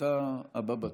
אתה הבא בתור.